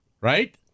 right